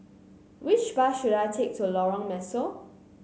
which bus should I take to Lorong Mesu